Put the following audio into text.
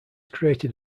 created